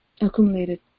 accumulated